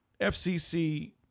FCC